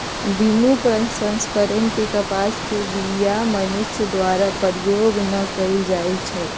बिनु प्रसंस्करण के कपास के बीया मनुष्य द्वारा प्रयोग न कएल जाइ छइ